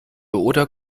oder